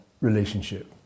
relationship